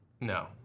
No